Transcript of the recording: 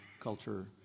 culture